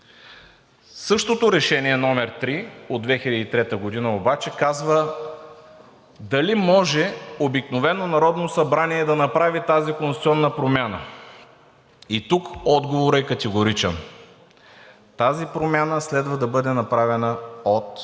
Същото Решение № 3 от 2003 г. обаче казва дали може обикновено Народно събрание да направи тази конституционна промяна. И тук отговорът е категоричен: „Тази промяна следва да бъде направена от